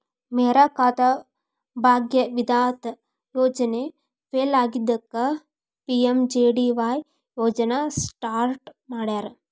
ಮೇರಾ ಖಾತಾ ಭಾಗ್ಯ ವಿಧಾತ ಯೋಜನೆ ಫೇಲ್ ಆಗಿದ್ದಕ್ಕ ಪಿ.ಎಂ.ಜೆ.ಡಿ.ವಾಯ್ ಯೋಜನಾ ಸ್ಟಾರ್ಟ್ ಮಾಡ್ಯಾರ